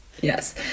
yes